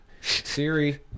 Siri